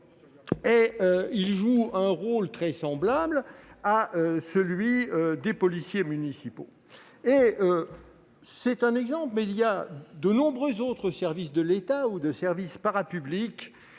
qui jouent un rôle très semblable à celui des policiers municipaux. C'est un exemple parmi d'autres : de nombreux autres services de l'État ou services parapublics